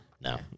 No